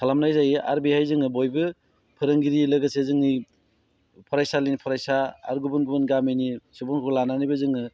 खालामनाय जायो आरो बेवहाय जोङो बयबो फोरोंगिरि लोगोसे जोंनि फरायसालिनि फरायसा आरो गुबुन गुबुन गामिनि सुबुंफोरखौ लानानैबो जोङो